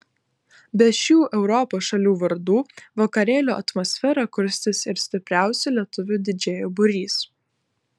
be šių europos šalių vardų vakarėlio atmosferą kurstys ir stipriausių lietuvių didžėjų būrys